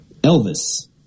Elvis